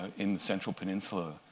in the central peninsula,